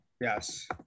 Yes